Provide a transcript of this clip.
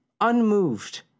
unmoved